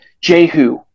jehu